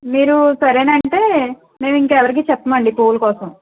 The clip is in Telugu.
మీరు సరేనంటే మేము ఇంకెవరికి చెప్పమండి పూల కోసం